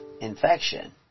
infection